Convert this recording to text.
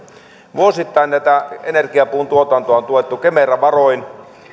vuosittain energiapuun tuotantoa on tuettu kemera varoin